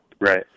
right